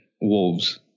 Wolves